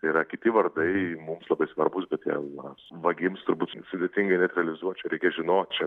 tai yra kiti vardai mums labai svarbūs bet jie na vagims turbūt sudėtinga net realizuot čia reikia žinot čia